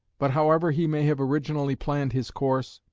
but however he may have originally planned his course,